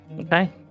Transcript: Okay